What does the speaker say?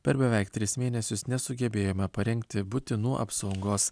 per beveik tris mėnesius nesugebėjome parengti būtinų apsaugos